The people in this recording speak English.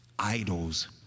idols